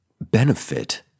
benefit